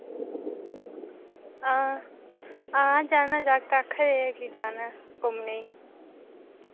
हां हां जाना जाकत आक्खा दे कि जाना घुम्मने